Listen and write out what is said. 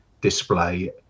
display